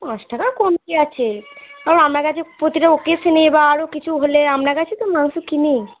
পাঁচ টাকা কম কী আছে আপনার কাছে প্রতিটা অকেশানে বা আরও কিছু হলে আপনার কাছেই তো মাংস কিনি